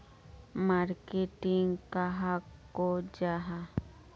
Marketing कहाक को जाहा?